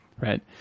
Right